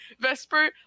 Vesper